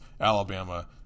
Alabama